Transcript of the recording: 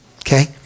Okay